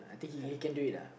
think he can do it